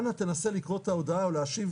אנא תנסה לקרוא את הודעה ולהשיב,